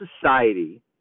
society